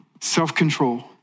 Self-control